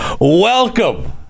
welcome